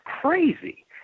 crazy